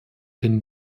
den